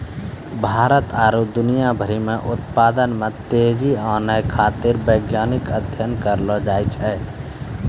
भारत आरु दुनिया भरि मे उत्पादन मे तेजी लानै खातीर वैज्ञानिक अध्ययन करलो जाय छै